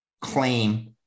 claim